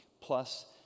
plus